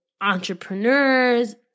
entrepreneurs